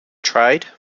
tried